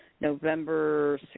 November